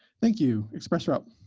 thank you. express route.